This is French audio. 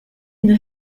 une